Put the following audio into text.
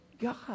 God